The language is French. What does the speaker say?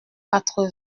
quatre